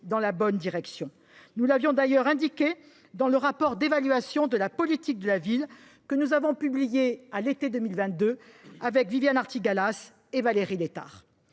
dans la bonne direction. Nous l’avions d’ailleurs indiqué dans le rapport d’information intitulé, que nous avons publié à l’été 2022 avec Viviane Artigalas et Valérie Létard.